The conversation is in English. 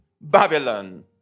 Babylon